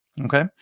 okay